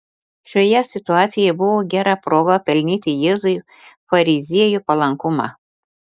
šioje situacijoje buvo gera proga pelnyti jėzui fariziejų palankumą